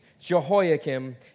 Jehoiakim